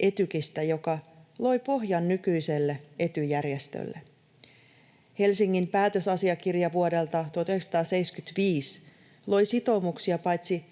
Etykistä, joka loi pohjan nykyiselle Ety-järjestölle. Helsingin päätösasiakirja vuodelta 1975 loi sitoumuksia paitsi